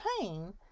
pain